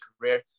career